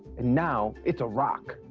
and now it's a rock.